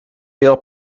real